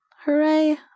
Hooray